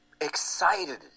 excited